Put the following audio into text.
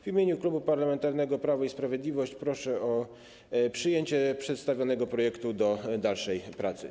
W imieniu Klubu Parlamentarnego Prawo i Sprawiedliwość proszę o przyjęcie przedstawionego projektu, skierowanie go do dalszych prac.